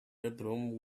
bedroom